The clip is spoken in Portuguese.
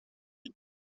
não